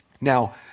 Now